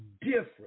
different